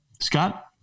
Scott